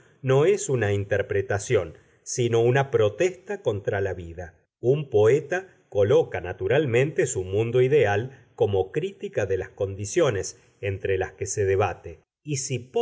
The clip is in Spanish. no es una interpretación sino una protesta contra la vida un poeta coloca naturalmente su mundo ideal como crítica de las condiciones entre las que se debate y si